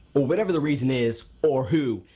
or whatever the reason is, or who,